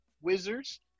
Wizards